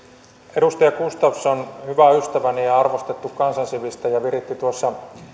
edustaja gustafsson hyvä ystäväni ja arvostettu kansan sivistäjä viritti tuossa